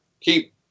keep